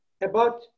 about-